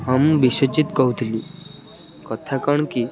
ହଁ ମୁଁ ବିଶ୍ୱଜିତ କହୁଥିଲି କଥା କ'ଣ କି